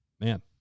Man